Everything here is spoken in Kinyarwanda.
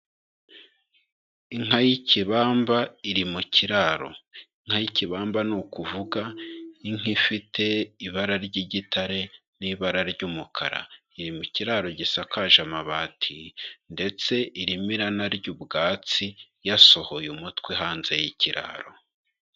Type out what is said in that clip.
Inka y'ikibamba iri mu kiraro. Inka y'ikibamba ni ukuvuga inka ifite ibara ry'igitare n'ibara ry'umukara, iri mu kiraro gisakaje amabati ndetse irimo iranarya ubwatsi, yasohoye umutwe hanze y'ikiraro.